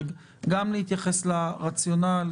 גם להתייחס לרציונל,